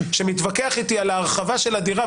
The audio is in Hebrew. שמתווכח איתי על ההרחבה של הדירה,